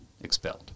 expelled